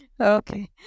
Okay